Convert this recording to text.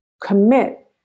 commit